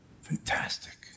fantastic